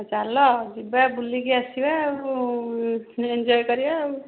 ଚାଲ ଯିବା ବୁଲିକି ଆସିବା ଆଉ ଏନ୍ଜୟ କରିବା ଆଉ